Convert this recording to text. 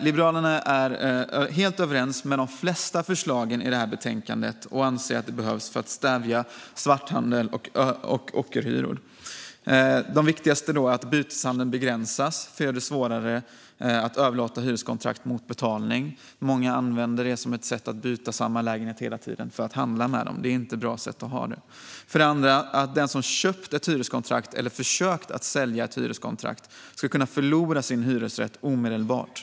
Liberalerna är helt överens om de flesta av förslagen i betänkandet och anser att de behövs för att stävja svarthandel och ockerhyror. Ett av de viktigaste förslagen är att byteshandeln begränsas för att göra det svårare att överlåta hyreskontrakt mot betalning. Många använder det som ett sätt att byta samma lägenhet hela tiden, alltså för att handla med dem. Att ha det så här är inte bra. Ett annat viktigt förslag är att den som har köpt eller har försökt att sälja ett hyreskontrakt ska kunna förlora sin hyresrätt omedelbart.